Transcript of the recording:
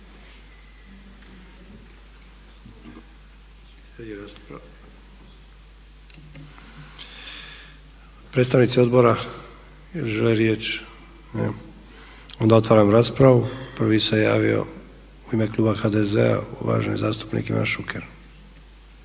Predstavnici odbora jel žele riječ? Ne. Onda otvaram raspravu. Prvi se javio u ime kluba HDZ-a uvaženi zastupnik Ivan Šuker.